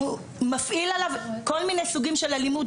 הוא מפעיל עליו כל מיני סוגים של אלימות